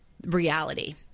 reality